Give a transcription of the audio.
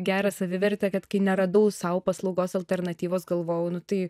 gerą savivertę kad kai neradau sau paslaugos alternatyvos galvojau nu tai